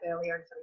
earlier